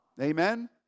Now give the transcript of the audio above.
Amen